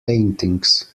paintings